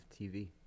tv